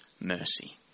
mercy